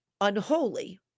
unholy